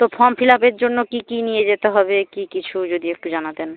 তো form fill আপের জন্য কী কী নিয়ে যেতে হবে কী কিছু যদি একটু জানাতেন